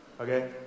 Okay